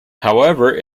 however